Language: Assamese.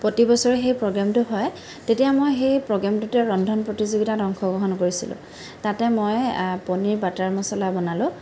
প্ৰতিবছৰে সেই প্ৰগ্ৰেমটো হয় তেতিয়া মই সেই প্ৰগ্ৰেমটোতে ৰন্ধন প্ৰতিযোগিতাত অংশগ্ৰহণ কৰিছিলোঁ তাতে মই পনীৰ বাটাৰ মচলা বনালোঁ